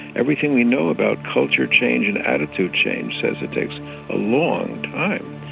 everything we know about culture change and attitude change says it takes a long time.